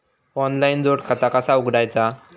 Online जोड खाता कसा उघडायचा?